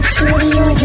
Studio